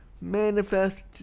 manifest